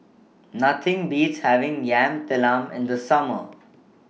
Nothing Beats having Yam Talam in The Summer